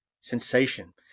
sensation